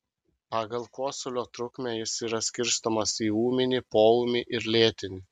pagal kosulio trukmę jis yra skirstomas į ūminį poūmį ir lėtinį